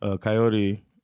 Coyote